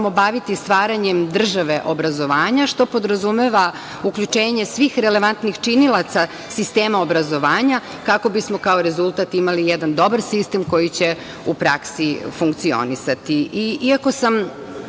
baviti stvaranjem države obrazovanja, što podrazumeva uključenje svih relevantnih činilaca sistema obrazovanja kako bismo kao rezultat imali jedan dobar sistem koji će u praksi funkcionisati. Iako sam